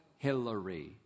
Hillary